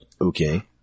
Okay